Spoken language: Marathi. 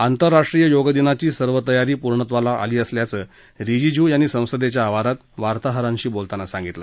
आंतरराष्ट्रीय योग दिनाची सर्व तयारी पूर्णत्वास आली असल्याचं रिजीजू यांनी संसदेच्या आवारात पत्रकारांशी बोलताना सांगितलं